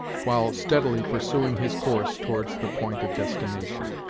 while steadily pursuing his course towards the point of destination.